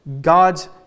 God's